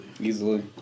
Easily